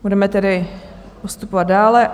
Budeme tedy postupovat dále.